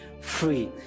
free